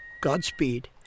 Godspeed